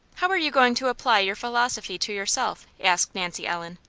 how are you going to apply your philosophy to yourself? asked nancy ellen.